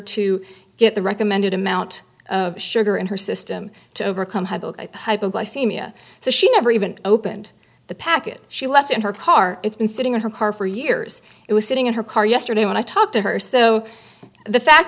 to get the recommended amount of sugar in her system to overcome her hypoglycemia so she never even opened the packet she left in her car it's been sitting in her car for years it was sitting in her car yesterday when i talked to her so the fact